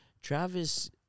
Travis